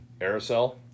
aerosol